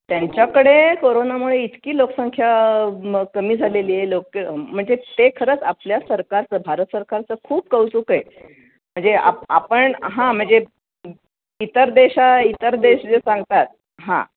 त्यांच्याकडे कोरोनामुळे इतकी लोकसंख्या म कमी झालेली आहे लोक म्हणजे ते खरंच आपल्या सरकारचं भारत सरकारचं खूप कौतुक आहे म्हणजे आप आपण हां म्हणजे इतर देशा इतर देश जे सांगतात हां